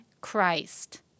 Christ